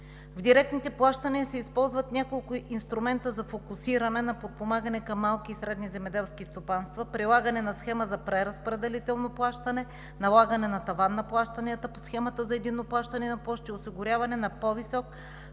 в директните плащания се използват няколко инструмента за фокусиране на подпомагане към малки и средни земеделски стопанства; прилагане на Схема за преразпределително плащане; налагане на таван на плащанията по Схемата за единно плащане на площи (СЕПП); осигуряване на по-висока